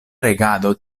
regado